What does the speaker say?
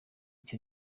ico